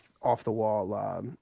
off-the-wall